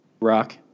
rock